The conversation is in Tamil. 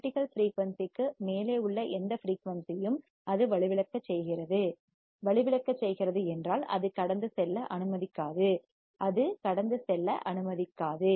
கிரிட்டிக்கல் ஃபிரீயூன்சிற்கு மேலே உள்ள எந்த ஃபிரீயூன்சியும் அது வலுவிழக்கச் செய்கிறது வலுவிழக்கச் செய்கிறது என்றால் அது கடந்து செல்ல அனுமதிக்காது அது கடந்து செல்ல அனுமதிக்காது